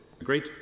Agreed